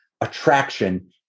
attraction